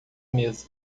mesa